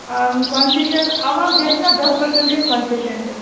concession اَوا گژھِ نا دَہ پٔرسنٛٹ گژھِ کنسیشَن تہِ